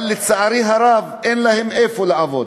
אבל לצערי הרב אין להן איפה לעבוד.